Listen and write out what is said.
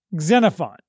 Xenophon